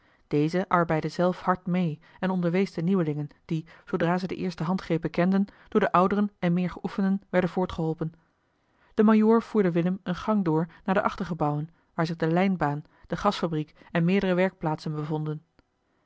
deze arbeidde zelf hard mee en onderwees de nieuwelingen die zoodra ze de eerste handgrepen kenden door de ouderen en meergeoefenden werden voortgeholpen de majoor voerde willem eene gang door naar de achtergebouwen waar zich de lijnbaan de gasfabriek en meerdere werkplaatsen bevonden